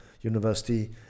university